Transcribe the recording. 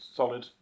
solid